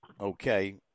okay